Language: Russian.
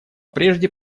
прежде